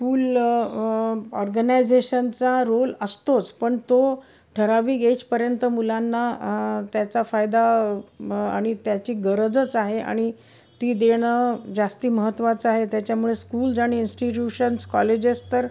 फूल ऑर्गनायझेशनचा रोल असतोच पण तो ठराविक एजपर्यंत मुलांना त्याचा फायदा आणि त्याची गरजच आहे आणि ती देणं जास्त महत्वाचं आहे त्याच्यामुळे स्कूल्ज आणि इन्स्टिट्यूशन्स कॉलेजेस तर